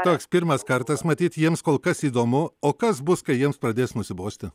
toks pirmas kartas matyt jiems kol kas įdomu o kas bus kai jiems pradės nusibosti